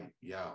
yo